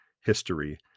history